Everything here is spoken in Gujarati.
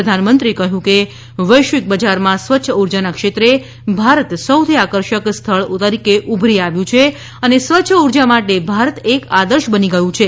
પ્રધાનમંત્રીએ કહ્યું કે વૈશ્વિક બજારમાં સ્વચ્છ ઉર્જાના ક્ષેત્રે ભારત સૌથી આકર્ષક સ્થળ તરીકે ઉભરી આવ્યું છે અને સ્વચ્છ ઉર્જા માટે ભારત એક આદર્શ બની ગયું છે